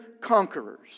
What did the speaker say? conquerors